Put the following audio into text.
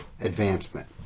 advancement